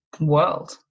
world